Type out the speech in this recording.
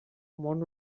món